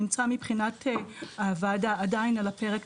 נמצא מבחינת הוועדה עדיין על הפרק,